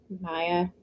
Maya